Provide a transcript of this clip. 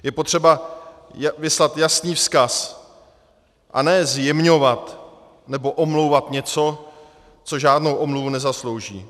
Je potřeba vyslat jasný vzkaz, a ne zjemňovat nebo omlouvat něco, co žádnou omluvu nezaslouží.